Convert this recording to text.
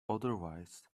otherwise